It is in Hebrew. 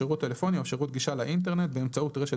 שירות טלפוניה או שירות גישה לאינטרנט באמצעות רשת